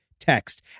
text